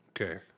Okay